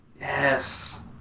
yes